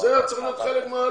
זה היה צריך להיות חלק מהעלות.